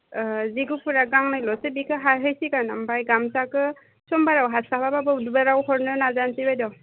जि गुफुरा गांनैल'सै बेखो हाहैसिगोन ओमफाय गामसाखो समबाराव हास्लाब्लाबो बुधबाराव हरनो नाजानोसै बायद'